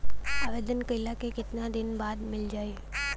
आवेदन कइला के कितना दिन बाद मिल जाई?